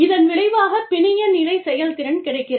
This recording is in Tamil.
இதன் விளைவாகப் பிணைய நிலை செயல்திறன் கிடைக்கிறது